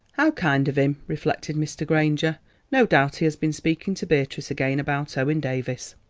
how kind of him, reflected mr. granger no doubt he has been speaking to beatrice again about owen davies.